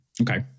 Okay